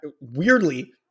weirdly